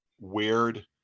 weird